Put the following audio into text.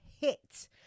hit